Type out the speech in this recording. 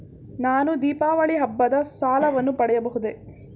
ನಾನು ದೀಪಾವಳಿ ಹಬ್ಬದ ಸಾಲವನ್ನು ಪಡೆಯಬಹುದೇ?